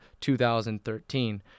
2013